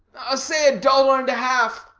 say a dollar-and-half.